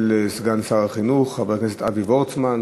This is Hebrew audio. סגן שר החינוך חבר הכנסת אבי וורצמן.